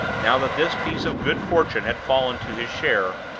now this piece of good fortune had fallen to his share,